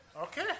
Okay